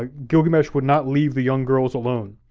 ah gilgamesh would not leave the young girls alone.